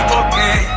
okay